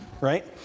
right